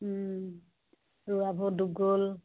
ৰোৱাবােৰ ডুব গ'ল